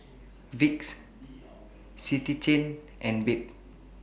Vicks City Chain and Bebe